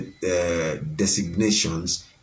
designations